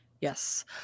Yes